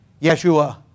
Yeshua